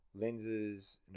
lenses